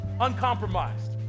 Uncompromised